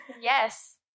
yes